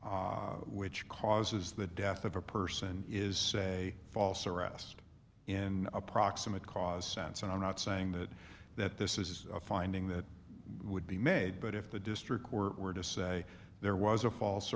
which causes the death of a person is say false arrest in a proximate cause sense and i'm not saying that that this is a finding that would be made but if the district were to say there was a false